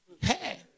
hey